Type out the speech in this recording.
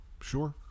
Sure